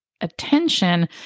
attention